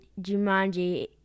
Jumanji